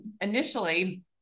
Initially